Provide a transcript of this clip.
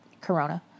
Corona